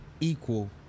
equal